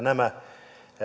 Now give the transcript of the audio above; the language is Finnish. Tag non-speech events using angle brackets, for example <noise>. <unintelligible> nämä